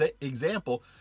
example